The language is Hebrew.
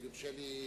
אם יורשה לי,